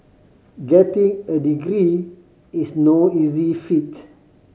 getting a degree is no easy feat